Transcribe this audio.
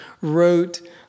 wrote